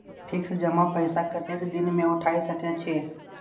Fix जमा पैसा कतेक दिन में उठाई सके छी?